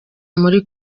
muri